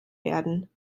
werden